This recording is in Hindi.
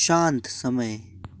शांत समय